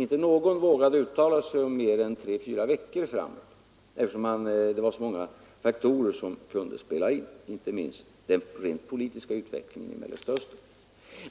Ingen vågade uttala sig för mera än tre till fyra veckor framöver, eftersom så många olika faktorer kunde spela in, inte minst den rent politiska utvecklingen i Mellersta Östern.